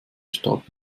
stadt